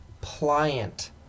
pliant